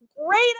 Great